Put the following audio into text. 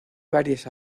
varias